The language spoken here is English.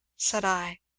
said i.